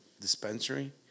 dispensary